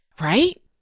right